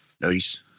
Nice